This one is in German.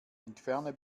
entferne